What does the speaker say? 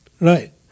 right